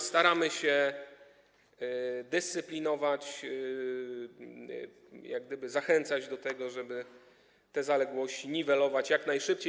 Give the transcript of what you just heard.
Staramy się je dyscyplinować, jak gdyby zachęcać do tego, żeby te zaległości niwelować jak najszybciej.